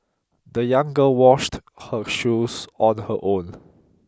the young girl washed her shoes on her own